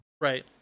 right